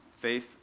faith